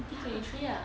twenty twenty three ah